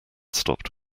stopped